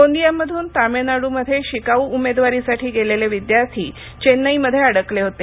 गोंदियामधून तामिळनाडूमध्ये शिकाऊ उमेदवारीसाठी गेलेले विद्यार्थी चेन्नईमध्ये अडकले होते